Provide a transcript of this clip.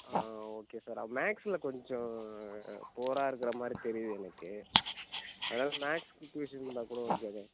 okay sir அவ மேக்ஸில் கொஞ்சம் புவராக இருக்கறமாதிரி தெரியூது எனக்கு அதனால் மேக்ஸ்க்கு ட்யூஷன் இருந்தால் கூட ஓகே தான்